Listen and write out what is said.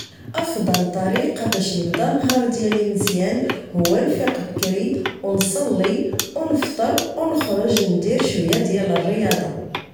أفضل طريقة باش نبدا النهار ديالي مزيان هو نفيق بكري أو نصلي أو نفطر أو نخرج ندير شوية ديال الرياضة